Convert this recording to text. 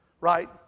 right